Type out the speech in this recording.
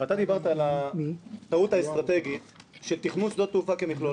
אתה דיברת על הטעות האסטרטגית של תכנון שדה תעופה כמכלול,